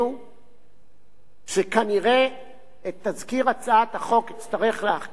שכנראה את תזכיר הצעת החוק אצטרך להגיש ב-65,